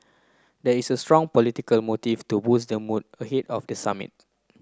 there is a strong political motive to boost the mood ahead of the summit